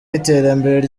iterambere